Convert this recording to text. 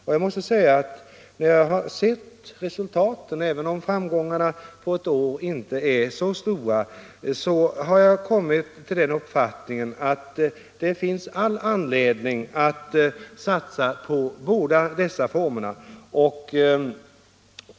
När jag har sett resultaten har jag kommit till den uppfattningen, även om framgångarna på ett år inte är så stora, att det finns all anledning att satsa på båda dessa former.